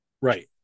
right